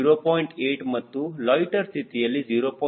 8 ಮತ್ತು ಲೊಯ್ಟ್ಟೆರ್ ಸ್ಥಿತಿಯಲ್ಲಿ 0